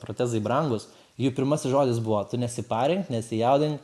protezai brangūs jų pirmasis žodis buvo tu nesiparink nesijaudink